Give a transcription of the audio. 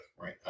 right